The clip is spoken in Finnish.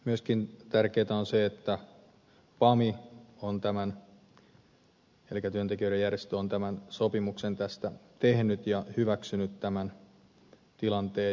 myöskin tärkeää on se että pam eli työntekijöiden järjestö on tämän sopimuksen tästä tehnyt ja hyväksynyt tämän tilanteen